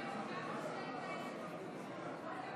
בעד,